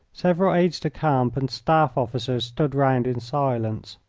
several aides-de-camp and staff officers stood round in silence.